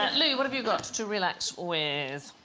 and lou what? have you got to relax with?